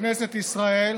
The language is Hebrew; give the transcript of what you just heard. בכנסת ישראל.